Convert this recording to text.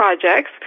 projects